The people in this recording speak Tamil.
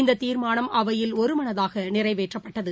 இந்ததீமானம் அவையில் ஒருமனதாகநிறைவேற்றப்பட்டது